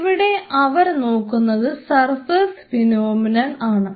ഇവിടെ അവർ നോക്കുന്നത് സർഫസ് ഫിനോമിനൺ ആണ്